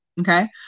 okay